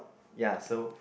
ya so